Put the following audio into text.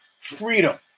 freedom